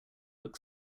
look